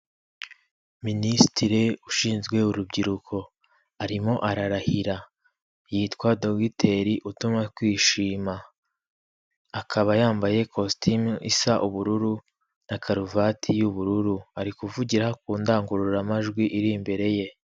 Minisitiri ushinzwe urubyiruko arimo ararahira yitwa dogiteri utumwa kwishima akaba yambaye kositimu isa ubururu na karuvati y'ubururu ari kuvugira ku ndangururamajwi iri imbere ye.